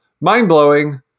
Mind-blowing